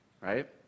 right